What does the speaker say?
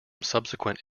subsequent